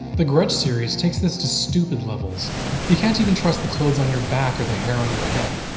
the grudge series takes this to stupid levels you can't even trust the clothes on your back or the hair on your head.